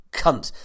cunt